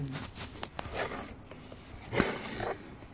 mm